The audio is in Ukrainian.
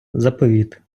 заповіт